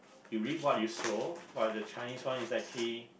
to reap what you sow but the Chinese one is actually